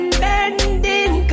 bending